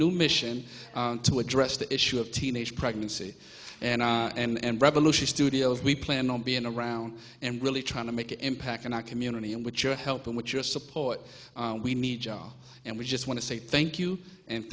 new mission to address the issue of teenage pregnancy and and revolution studios we plan on being around and really trying to make impact in our community and which are helping with your support we need joe and we just want to say thank you and